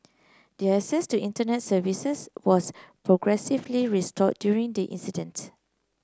their access to Internet services was progressively restored during the incident